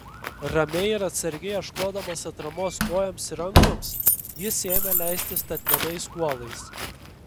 ramiai ir atsargiai ieškodamas atramos kojoms ir rankoms jis ėmė leistis statmenais kuolais